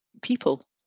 people